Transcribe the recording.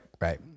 Right